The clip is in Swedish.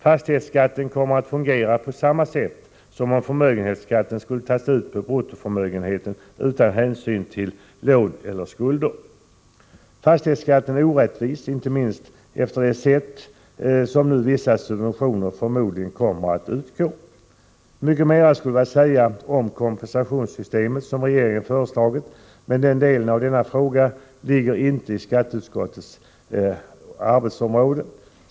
Fastighetsskatten kommer att fungera på samma sätt som om förmögenhetsskatten skulle tas ut på bruttoförmögenheten utan hänsyn till lån eller skulder. Fastighetsskatten är orättvis, inte minst på grund av det sätt enligt vilket vissa subventioner nu förmodligen kommer att utgå. Mycket mera skulle vara att säga om det kompensationssystem som regeringen föreslagit, men den delen av denna fråga ligger inte inom skatteutskottets arbetsområde.